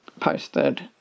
posted